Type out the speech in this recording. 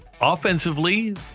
offensively